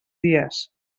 dies